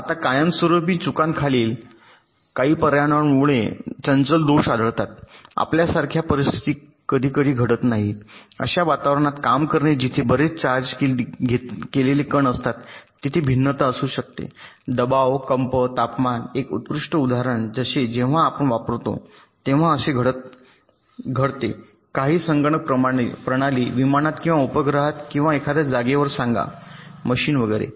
आता कायमस्वरुपी चुकांखाली काही पर्यावरणामुळे चंचल दोष आढळतात आपल्यासारख्या परिस्थिती कधी कधी घडत नाही अशा वातावरणात काम करणे जिथे बरेच चार्ज केलेले कण असतात तेथे भिन्नता असू शकते दबाव कंप तापमान एक उत्कृष्ट उदाहरण जसे जेव्हा आपण वापरतो तेव्हा असे घडते काही संगणक प्रणाली विमानात किंवा उपग्रहात किंवा एखाद्या जागेवर सांगा मशीन वगैरे